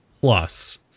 plus